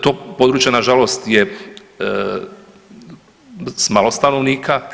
To područje nažalost je s malo stanovnika